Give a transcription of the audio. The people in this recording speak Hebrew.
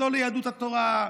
לא ליהדות התורה,